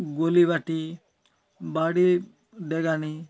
ଗୋଲିବାଟି ବାଡ଼ି ଡେଗାଣି